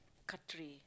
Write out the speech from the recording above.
country